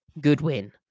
Goodwin